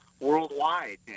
worldwide